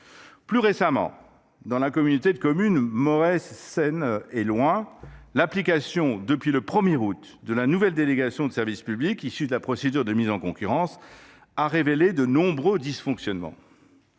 Plus récemment encore, dans la communauté de communes Moret Seine et Loing, l’application depuis le 1 août dernier de la nouvelle délégation de service public issue de la procédure de mise en concurrence a révélé de nombreux dysfonctionnements.